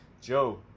joe